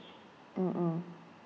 mm mm